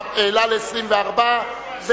העלה ל-24,